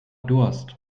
durst